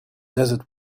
desert